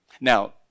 Now